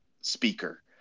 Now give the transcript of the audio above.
speaker